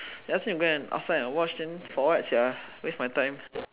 then after that ask me to go outside and watch for what sia waste my time